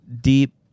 deep